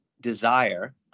desire